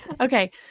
Okay